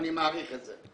ואני מעריך את זה,